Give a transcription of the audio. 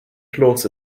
kloß